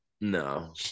No